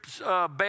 bad